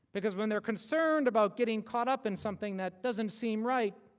because when they are concerned about getting caught up in something that doesn't seem right,